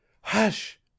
Hush